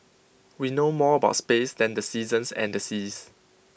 we know more about space than the seasons and the seas